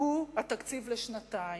הוא התקציב לשנתיים.